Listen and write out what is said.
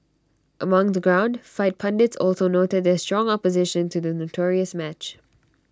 among the ground fight pundits also noted their strong opposition to the notorious match